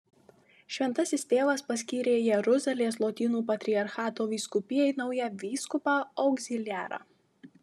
šventasis tėvas paskyrė jeruzalės lotynų patriarchato vyskupijai naują vyskupą augziliarą